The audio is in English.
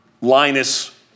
Linus